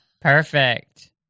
Perfect